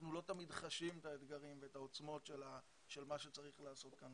אנחנו לא תמיד חשים את האתגרים ואת העוצמות של מה שצריך לעשות כאן,